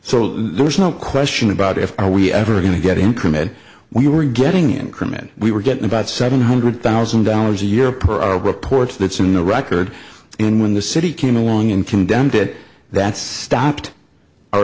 so there's no question about it are we ever going to get increment we were getting increment we were getting about seven hundred thousand dollars a year per our reports that some no record and when the city came along and condemned it that stopped o